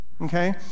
okay